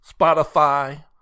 Spotify